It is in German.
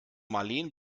marleen